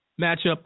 matchup